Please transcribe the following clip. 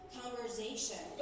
conversation